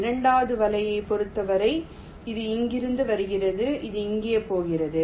இரண்டாவது வலையைப் பொறுத்தவரை அது இங்கிருந்து வருகிறது அது இங்கே போகிறது